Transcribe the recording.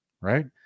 right